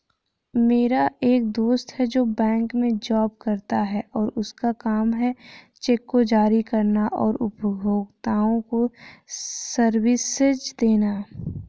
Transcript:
मेरा एक दोस्त है जो बैंक में जॉब करता है और उसका काम है चेक को जारी करना और उपभोक्ताओं को सर्विसेज देना